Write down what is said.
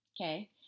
Okay